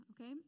Okay